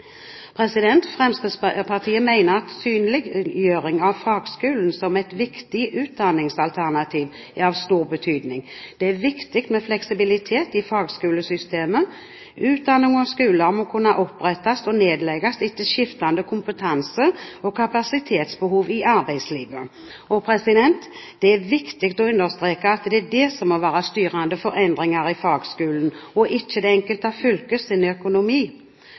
Fremskrittspartiet mener at synliggjøring av fagskolen som et viktig utdanningsalternativ er av stor betydning. Det er viktig med fleksibilitet i fagskolesystemet. Utdanning og skoler må kunne opprettes og nedlegges etter skiftende kompetanse- og kapasitetsbehov i arbeidslivet. Det er viktig å understreke at det er det som må være styrende for endringer i fagskolen, og ikke det enkelte fylkets økonomi. Fagskolene, i samarbeid med næringslivet, har